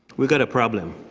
we got a problem.